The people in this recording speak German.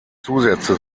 zusätze